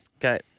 Okay